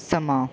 ਸਮਾਂ